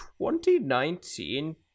2019